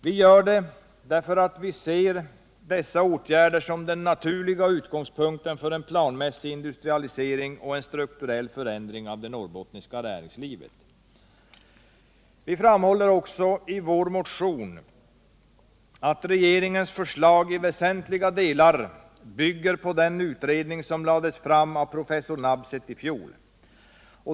Vi gör det därför att vi ser dessa åtgärder som den naturliga utgångspunkten för en planmässig industrialisering och en strukturell förändring av det norrbottniska näringslivet. Vi framhåller i vår motion att regeringens förslag i väsentliga delar bygger på den utredning som lades fram av professor Lars Nabseth i fjol.